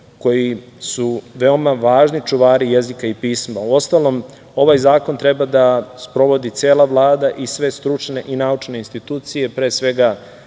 koji su veoma važni čuvari jezika i pisma. Uostalom, ovaj zakon treba da sprovodi cela Vlada i sve stručne i naučne institucije, pre svega